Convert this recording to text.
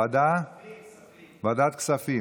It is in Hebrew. ועדת כספים.